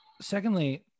Secondly